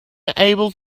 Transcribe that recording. able